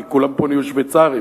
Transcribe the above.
כי כולם פה נהיו שוויצרים,